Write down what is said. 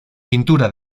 pintura